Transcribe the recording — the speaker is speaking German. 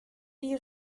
die